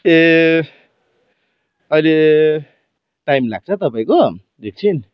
ए अहिले टाइम लाग्छ तपाईँको एकछिन